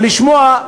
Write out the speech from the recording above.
ולשמוע,